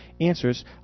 Answers